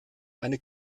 eine